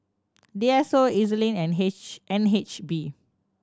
D S O E Z Link and H N H B